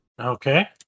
okay